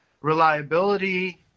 Reliability